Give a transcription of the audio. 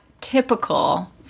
typical